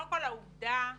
קודם כול, העובדה